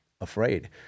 afraid